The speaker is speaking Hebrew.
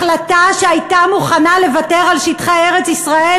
החלטה שהייתה מוכנה לוותר על שטחי ארץ-ישראל